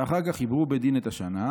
ואחר כך עיברו בית דין את השנה,